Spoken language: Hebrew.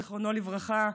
זיכרונו לברכה,